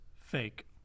fake